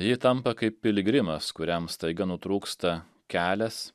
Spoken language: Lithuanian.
ji tampa kaip piligrimas kuriam staiga nutrūksta kelias